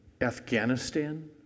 Afghanistan